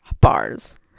bars